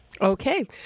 Okay